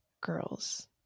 girls